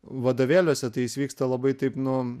vadovėliuose tai jis vyksta labai taip nu